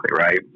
right